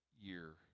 year